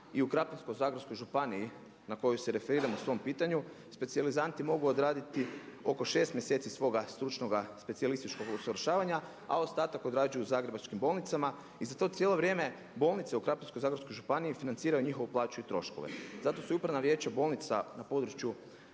i u Krapinsko-zagorskoj županiji na koju se referiram u svom pitanju, specijalizanti mogu odraditi oko 6 mjeseci svoga stručnoga specijalističkog usavršavanja a ostatak odrađuju u zagrebačkim bolnicama i za to cijelo vrijeme bolnice u Krapinsko-zagorskoj županiji financiraju njihovu plaću i troškove. Zato su i upravna vijeća bolnica na područje